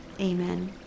amen